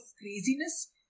craziness